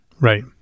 right